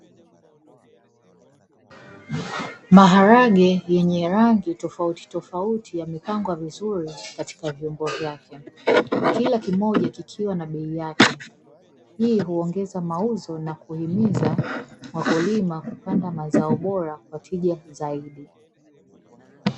Maharage yenye rangi tofauti tofauti yamepangwa vizuri katika vyombo vyake, kila kimoja kikiwa na bei yake hii huongeza mauzo na kuhimiza wakulima kupanda mazao bora kwa tija zaidi.